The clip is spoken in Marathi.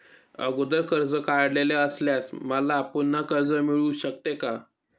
अगोदर कर्ज काढलेले असल्यास मला पुन्हा कर्ज मिळू शकते का?